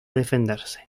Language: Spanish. defenderse